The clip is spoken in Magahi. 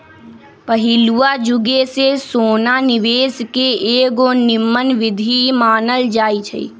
पहिलुआ जुगे से सोना निवेश के एगो निम्मन विधीं मानल जाइ छइ